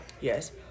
Yes